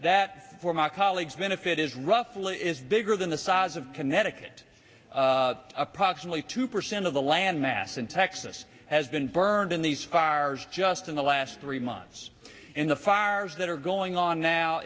that were my colleagues benefit is roughly is bigger than the size of connecticut approximately two percent of the land mass in texas has been burned in these cars just in the last three months in the farms that are going on now